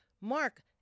Mark